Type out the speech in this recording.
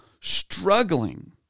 struggling